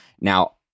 Now